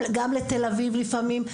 גם לתל אביב לפעמים,